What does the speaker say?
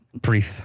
breathe